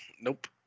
Nope